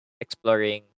exploring